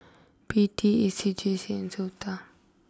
P T A C J C and Sota